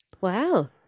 wow